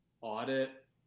audit